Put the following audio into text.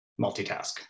multitask